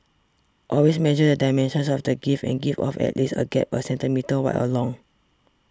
always measure the dimensions of the gift and give off at least a gap a centimetre wide or long